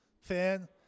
fan